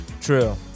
True